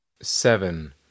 Seven